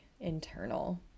internal